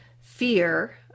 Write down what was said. fear